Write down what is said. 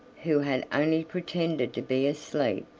who had only pretended to be asleep,